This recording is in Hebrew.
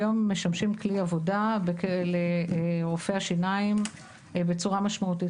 היום משמשים כלי עבודה לרופאי השיניים בצורה משמעותית.